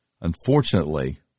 unfortunately